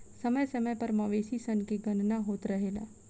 समय समय पर मवेशी सन के गणना होत रहेला